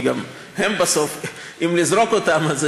כי אם נזרוק אותם,